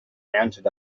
mounted